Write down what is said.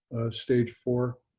stage four.